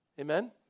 Amen